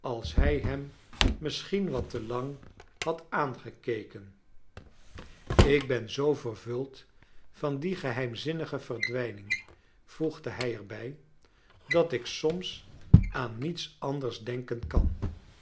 als bij hem misschien wat te lang had aangckeken ik ben kleine dorrit zoo vervuld van die geheimzinnige verdwijning voegde hij er bij dat ik soms aan niets anders denken kan